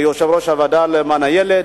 כיושב-ראש הוועדה למען הילד.